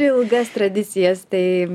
ilgas tradicijas tai